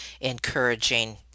encouraging